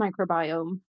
microbiome